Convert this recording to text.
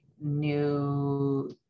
new